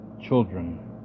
children